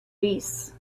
beasts